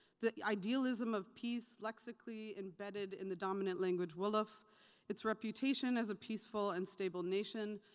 the idealism of peace lexically embedded in the dominant language, wolof, its reputation as a peaceful and stable nation,